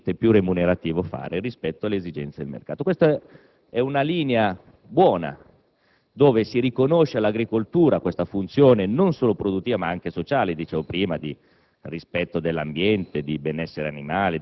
ciò che è più produttivo, più conveniente e più remunerativo rispetto alle esigenze del mercato. Questa linea è buona: si riconosce all'agricoltura una funzione non solo produttiva, ma anche sociale (di rispetto